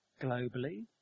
globally